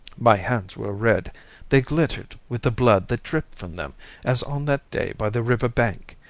my hands were red they glittered with the blood that dripped from them as on that day by the river bank.